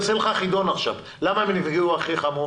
למה הם הנפגעים העיקריים?